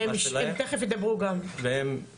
הם אכן אישרו.